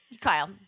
Kyle